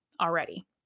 already